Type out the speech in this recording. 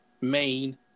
main